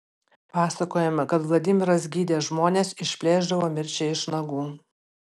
pasakojama kaip vladimiras gydė žmones išplėšdavo mirčiai iš nagų